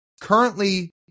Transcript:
currently